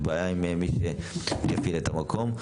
יש בעיה עם מי שיפעיל את המקום,